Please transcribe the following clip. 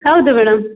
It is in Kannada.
ಹೌದು ಮೇಡಂ